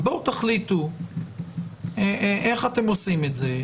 אז בואו תחליטו איך אתם עושים את זה.